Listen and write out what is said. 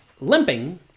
limping